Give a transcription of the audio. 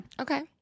Okay